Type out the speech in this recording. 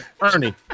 Ernie